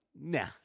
Nah